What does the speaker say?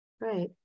Right